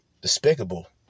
Despicable